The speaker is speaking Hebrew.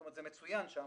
זאת אומרת זה מצוין שם,